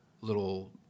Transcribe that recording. little